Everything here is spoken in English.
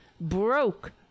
broke